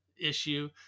issue